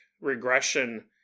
regression